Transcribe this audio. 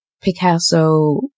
Picasso